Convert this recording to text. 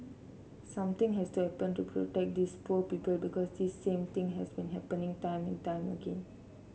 something has to happen to protect these poor people because this same thing has been happening time and time again